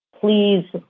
Please